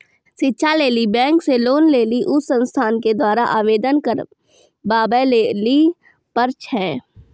शिक्षा लेली बैंक से लोन लेली उ संस्थान के द्वारा आवेदन करबाबै लेली पर छै?